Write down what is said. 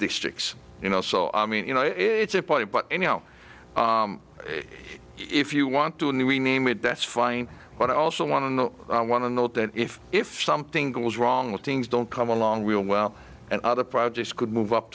six you know so i mean you know it's a party but you know if you want to and we name it that's fine but i also want to know i want to know that if if something goes wrong with things don't come along real well and other projects could move up